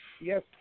Yes